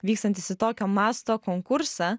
vykstantys į tokio masto konkursą